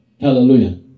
hallelujah